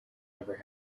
never